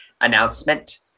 announcement